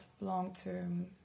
long-term